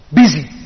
busy